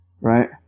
right